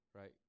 Right